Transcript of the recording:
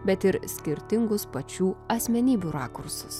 bet ir skirtingus pačių asmenybių rakursus